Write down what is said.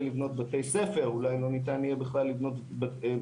לא ניתן יהיה לבנות בתי ספר.